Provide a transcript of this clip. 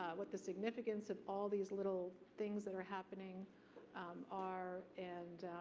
what the significance of all these little things that are happening are, and